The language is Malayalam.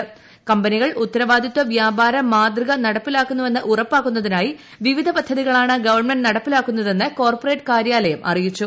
ക്ട്ബനികൾ ഉത്തരവാദിത്വ വ്യാപാര മാതൃക നടപ്പിലാക്കുന്നുവെന്ന് ഉറ്പ്പാക്കുന്നതിനായി വിവിധ പദ്ധതികളാണ് ഗവൺമെന്റ് നടപ്പിലാക്കുന്നതെന്ന് കോർപ്പറേറ്റ് കാര്യാലയം അറിയിച്ചു